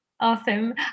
Awesome